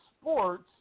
sports